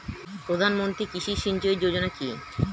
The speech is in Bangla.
প্রধানমন্ত্রী কৃষি সিঞ্চয়ী যোজনা কি?